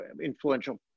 influential